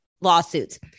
lawsuits